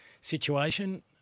situation